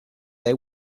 they